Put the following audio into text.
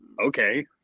okay